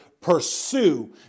pursue